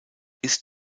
ist